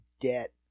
debt